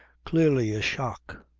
clearly a shock.